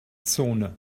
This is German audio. zone